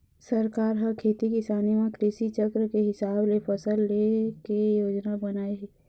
सरकार ह खेती किसानी म कृषि चक्र के हिसाब ले फसल ले के योजना बनाए हे